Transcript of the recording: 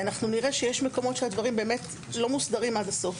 אנחנו נראה שיש מקומות שבהם הדברים לא מוסדרים עד הסוף,